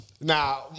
Now